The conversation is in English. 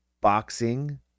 boxing